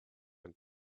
and